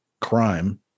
crime